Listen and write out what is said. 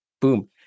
Boom